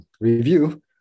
review